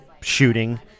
shooting